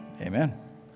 amen